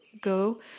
go